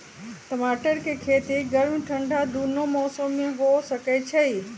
टमाटर के खेती गर्म ठंडा दूनो मौसम में हो सकै छइ